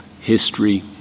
history